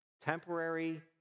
temporary